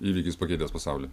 įvykis pakeitęs pasaulį